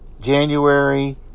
January